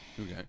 Okay